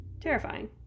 Terrifying